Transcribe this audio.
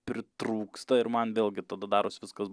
pritrūksta ir man vėlgi tada darosi viskas